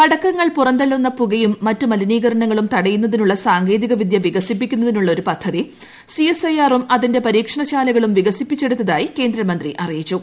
പകടക്കങ്ങൾ പുറന്തള്ളുന്ന പുകയും മറ്റ് മലിനീകരണങ്ങളും തടയുന്നതിനുള്ള സാങ്കേതിക വിദ്യ വികസിപ്പിക്കുന്നതിനുള്ള ഒരു പദ്ധതി പരീക്ഷണശാലകളും വികസിപ്പിച്ചെടുത്തതായി കേന്ദ്രമന്ത്രി അറിയിച്ചു